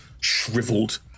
shriveled